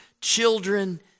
children